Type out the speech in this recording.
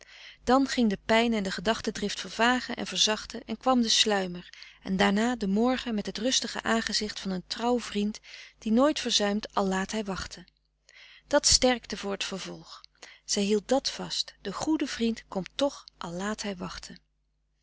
dan ging de pijn en de gedachtendrift vervagen en verzachten en kwam de sluimer en daarna de morgen met het rustige aangezicht van een trouw vriend die nooit verzuimt al laat hij wachten dat sterkte voor t vervolg zij hield dat vast de goede vriend komt toch al laat hij wachten